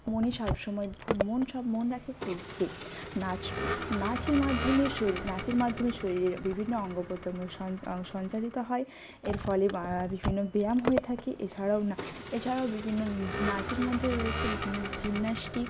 মনে সব সময় ফু মন সব মন রাখে ফুরফুরে নাচ নাচের মাধ্যমে শরীর নাচের মাধ্যমে শরীরের বিভিন্ন অঙ্গ প্রতঙ্গ সঞ্চালিত হয় এর ফলে বিভিন্ন ব্যায়াম হয়ে থাকে এছাড়াও না এছাড়াও বিভিন্ন নাচের মধ্যে রয়েছে বিভিন্ন জিমনাস্টিক